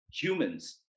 humans